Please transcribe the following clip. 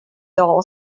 dull